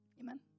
Amen